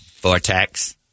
Vortex